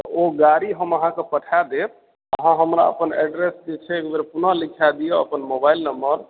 ओ गाड़ी हम अहाँके पठा देब अहाँ हमरा अपन एड्रेस जे छै एकबेर पुनः लिखाए दियऽ अपन मोबाइल नम्बर